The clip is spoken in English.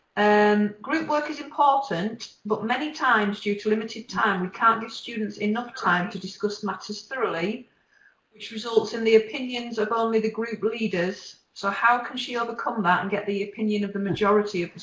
and group work is important but many times due to limited time we can't give students enough time to discuss matters thoroughly which results in the opinions of only the group leaders. so how can she overcome that and get the opinion of the majority